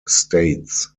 states